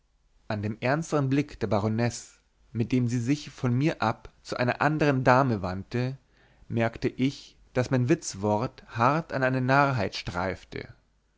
an dem ernsteren blick der baronesse mit dem sie sich von mir ab zu einer anderen dame wandte merkte ich daß mein witzwort hart an eine narrheit streifte